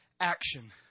action